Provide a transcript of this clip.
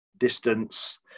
distance